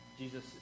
Jesus